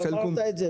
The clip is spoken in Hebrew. אמרת את זה.